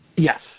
Yes